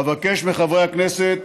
אבקש מחברי הכנסת